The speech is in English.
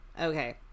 Okay